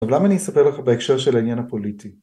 אבל למה אני אספר לך בהקשר של העניין הפוליטי?